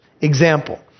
Example